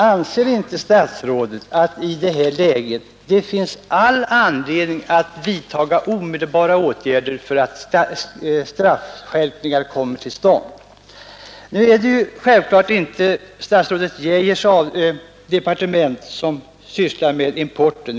Anser inte statsrådet att det med hänsyn härtill finns all anledning att vidtaga omedelbara åtgärder så att en skärpning av straffbestämmelserna kommer till stånd? Det är inte justitiedepartementet utan handelsdepartementet som handlägger importfrågorna.